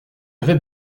avait